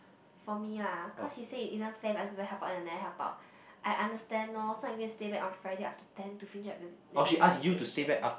for me lah cause she say it isn't fair if other people help out and I never help out I understand orh so I going stay back on Friday after ten to finish up the remaining decorations